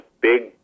big